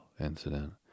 incident